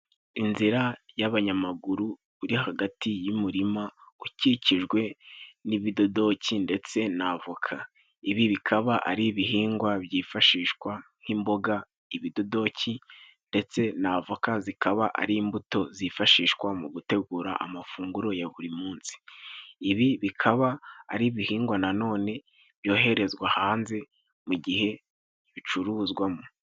Inzira y'abanyamaguru iri hagati y'umurima ukikijwe n'ibidodoki ndetse n'avoka. Ibi bikaba ari ibihingwa byifashishwa nk'imboga. Ibidodoki ndetse n' avoka zikaba ari imbuto zifashishwa mu gutegura amafunguro ya buri munsi. Ibi bikaba ari ibihingwa na none byoherezwa hanze mu gihe bicuruzwamo.